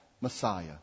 Messiah